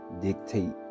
dictate